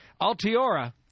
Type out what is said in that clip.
Altiora